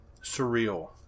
surreal